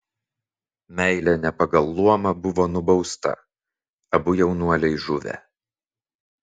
meilė ne pagal luomą buvo nubausta abu jaunuoliai žuvę